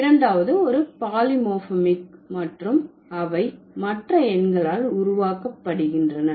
இரண்டாவது ஒரு பாலிமோர்பிமிக் மற்றும் அவை மற்ற எண்களால் உருவாக்கப்படுகின்றன